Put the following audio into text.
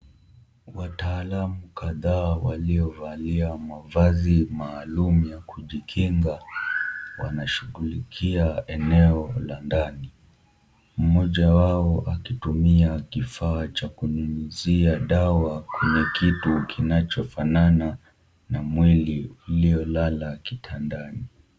Wataalamu kadhaa waliovalia mavazi maaulum ya kujikinga wanashughulikia eneo la ndani. Mmoja wao akitumia kifaa cha kunyunyuzia dawa kwenye kitu kinachofanana na mweli iliyolala kitandani.